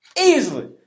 Easily